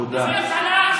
תודה.